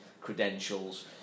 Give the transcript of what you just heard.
credentials